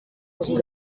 muri